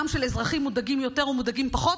גם של אזרחים מודאגים יותר או מודאגים פחות.